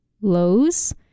lows